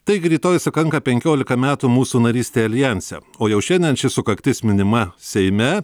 taigi rytoj sukanka penkiolika metų mūsų narystė aljanse o jau šiandien ši sukaktis minima seime